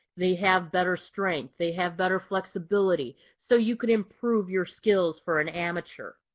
they have better strength, they have better flexibility. so you can improve your skills for an amateur.